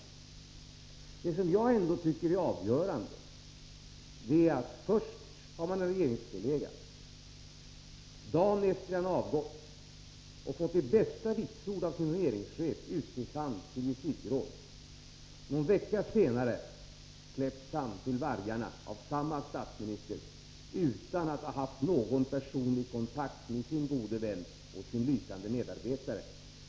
Det som jag finner avgörande är att först har man en regeringskollega; dagen efter det att han avgått och fått de bästa vitsord av sin regeringschef utses han till justitieråd; någon vecka senare släpps han till vargarna av samme statsminister utan att denne haft någon personlig kontakt med sin gode vän och lysande medarbetare.